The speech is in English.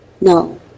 no